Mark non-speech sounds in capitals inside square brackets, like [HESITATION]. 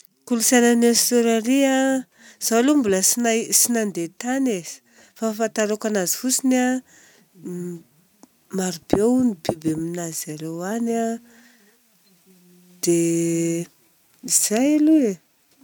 Kolontsainan'ny Aostralia a, izaho aloha mbola tsy nandeha tany e, fa ny fahafantarako anazy fotsiny a, m- [HESITATION] marobe hono biby aminarizareo any a. Dia [HESITATION] izay aloha e!